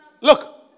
Look